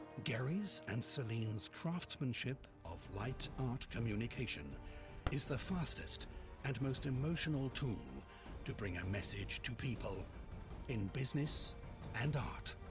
gerry's and celine's craftsmanship of light art communication is the fastest and most emotional tool to bring a message to people in business and art.